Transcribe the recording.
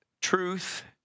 truth